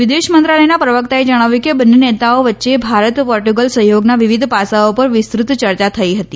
વિદેશ મંત્રાલયના પ્રવક્તાએ જણાવ્યું કે બંને નેતાઓ વચ્ચે ભારત પોર્ટુગલ સહયોગના વિવિધ પાસાઓ પર વિસ્તૃત યર્યા થઈ હતી